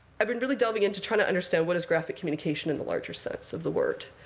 i've been really delving into trying to understand what is graphic communication, in the larger sense of the word.